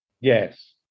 Yes